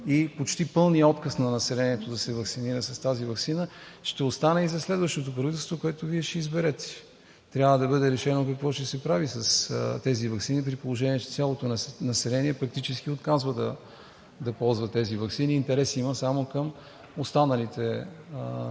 при почти пълния отказ на населението да се ваксинира с тази ваксина, ще остане и за следващото правителство, което Вие ще изберете. Трябва да бъде решено какво ще се прави с тези ваксини, при положение че цялото население фактически отказва да ползва тези ваксини. Интерес има само към останалите